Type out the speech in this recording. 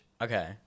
okay